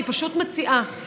אני פשוט מציעה,